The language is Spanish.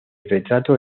retrato